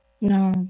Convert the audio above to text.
no